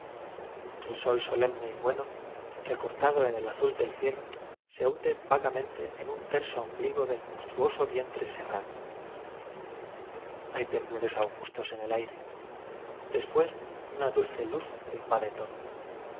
el sol solemne y bueno recortado en el azul de cielo se hunde vagamente en un terso ombligo del monstruoso vientre se rrano hay temblores augustos en el aire despues una dulce luz lo invade todo por